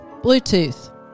Bluetooth